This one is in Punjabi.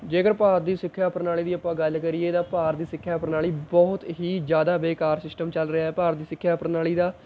ਜੇਕਰ ਭਾਰਤ ਦੀ ਸਿੱਖਿਆ ਪ੍ਰਣਾਲੀ ਦੀ ਆਪਾਂ ਗੱਲ ਕਰੀਏ ਤਾਂ ਭਾਰਤ ਦੀ ਸਿੱਖਿਆ ਪ੍ਰਣਾਲੀ ਬਹੁਤ ਹੀ ਜ਼ਿਆਦਾ ਬੇਕਾਰ ਸਿਸਟਮ ਚੱਲ ਰਿਹਾ ਭਾਰਤ ਦੀ ਸਿੱਖਿਆ ਪ੍ਰਣਾਲੀ ਦਾ